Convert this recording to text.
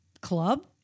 club